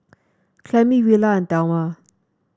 Clemie Willa and Thelma